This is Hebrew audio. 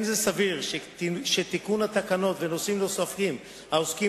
לא סביר שתיקון התקנות ונושאים נוספים העוסקים